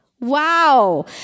Wow